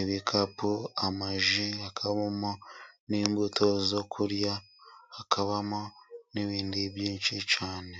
,ibikapu amaji ,hakabamo n'imbuto zo kurya ,hakabamo n'ibindi byinshi cyane.